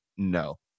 No